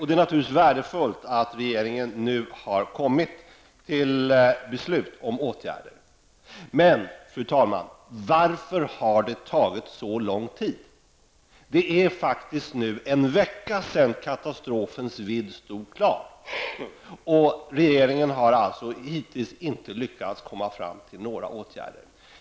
Det är naturligtvis värdefullt att regeringen nu har kommit till beslut om åtgärder. Men, fru talman, varför har det tagit så lång tid? Det är faktiskt en vecka sedan vidden av denna katastrof stod klar. Regeringen har hittills inte lyckats komma fram till några åtgärder.